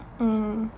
mm